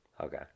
Okay